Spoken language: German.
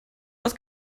was